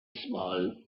small